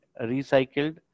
recycled